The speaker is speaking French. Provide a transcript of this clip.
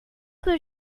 que